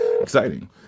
Exciting